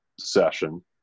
session